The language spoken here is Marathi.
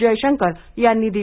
जयशंकर यांनी दिली